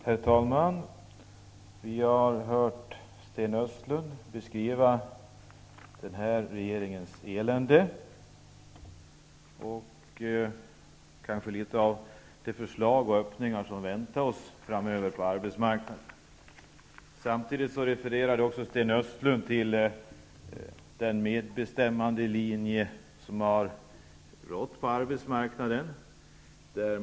Herr talman! Vi har här hört Sten Östlund beskriva vår nuvarande regerings elände. Han beskrev också en del förslag till öppningar som väntar oss på arbetsmarknaden framöver, och han refererade även till linjen i vad avser medbestämmande på arbetsmarknaden.